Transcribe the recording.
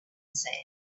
sand